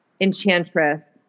enchantress